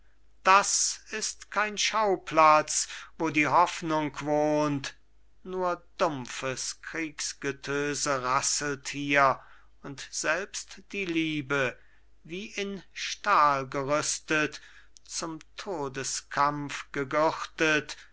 das ist kein schauplatz wo die hoffnung wohnt nur dumpfes kriegsgetöse rasselt hier und selbst die liebe wie in stahl gerüstet zum todeskampf